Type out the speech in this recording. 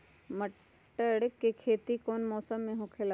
मटर के खेती कौन मौसम में होखेला?